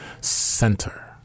Center